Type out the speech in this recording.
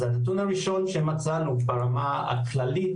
אז הנתון הראשון שמצאנו ברמה הכללית,